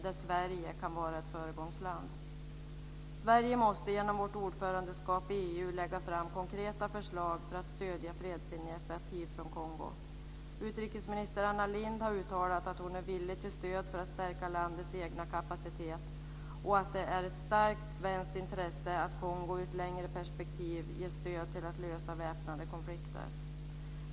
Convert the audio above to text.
Där kan Sverige vara ett föregångsland. Sverige måste genom vårt ordförandeskap i EU lägga fram konkreta förslag för att stödja fredsinitiativ från Kongo. Utrikesminister Anna Lindh har uttalat att hon är villig till stöd för att stärka landets egna kapacitet och att det är ett starkt svenskt intresse att Kongo ur ett längre perspektiv ges stöd för att lösa väpnade konflikter.